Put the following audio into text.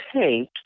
take